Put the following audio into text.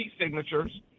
signatures